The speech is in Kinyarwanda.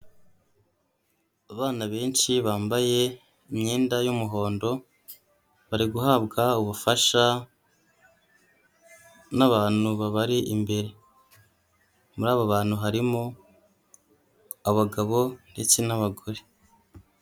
Abana benshi bambaye imyenda y'umuhondo, bari guhabwa ubufasha n'abantu babari imbere, muri abo bantu harimo abagabo ndetse n'abagore.